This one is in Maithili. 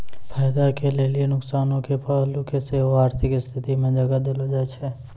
फायदा के लेली नुकसानो के पहलू के सेहो आर्थिक स्थिति मे जगह देलो जाय छै